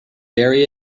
bury